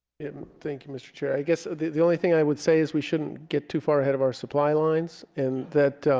and thank you mr chair i guess the only thing i would say is we shouldn't get too far ahead of our supply lines and that